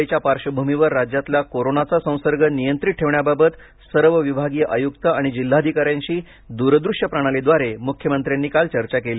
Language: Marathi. दिवाळीच्या पार्श्वभूमीवर राज्यातला कोरोनाचा संसर्ग नियंत्रित ठेवण्याबाबत सर्व विभागीय आयुक्त आणि जिल्हाधिका यांशी दूरदृश्य प्रणालीद्वारे मुख्यमंत्र्यांनी काल चर्चा केली